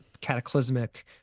cataclysmic